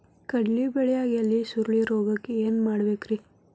ಕಡ್ಲಿ ಬೆಳಿಯಾಗ ಎಲಿ ಸುರುಳಿರೋಗಕ್ಕ ಏನ್ ಮಾಡಬೇಕ್ರಿ?